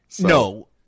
No